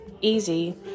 easy